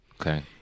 okay